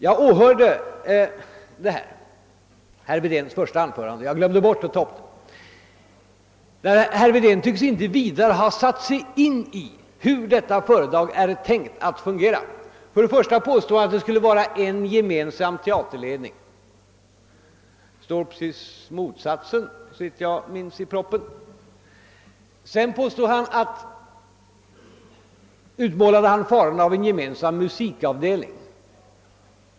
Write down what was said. Jag åhörde herr Wedéns första anförande men glömde bort att bemöta en del av det. Herr Wedén tycks inte ha satt sig in i hur detta företag är tänkt att fungera. Han påstår att det skulle finnas en gemensam =<teaterledning. Såvitt jag minns står det precis motsatsen i propositionen. Han utmålar faran av att ha en gemensam musikavdelning.